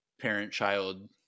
parent-child